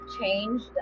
changed